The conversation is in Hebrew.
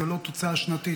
זו לא תוצאה שנתית.